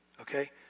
okay